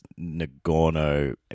Nagorno